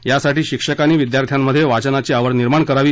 यासाठी शिक्षकांनी विद्यार्थ्यांमध्ये वाचनाची आवड निर्माण करावी